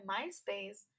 MySpace